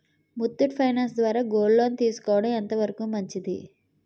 Muthoot Finance ద్వారా gold loan తీసుకోవడం ఎంత వరకు మంచిది?